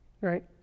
right